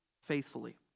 faithfully